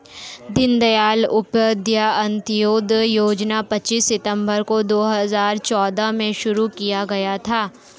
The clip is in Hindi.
दीन दयाल उपाध्याय अंत्योदय योजना पच्चीस सितम्बर दो हजार चौदह को शुरू किया गया